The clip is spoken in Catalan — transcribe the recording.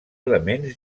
elements